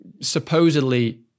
supposedly